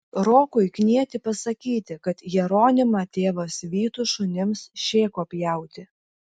rokui knieti pasakyti kad jeronimą tėvas vytų šunims šėko pjauti